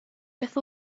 beth